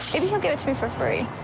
maybe he'll give it to me for free.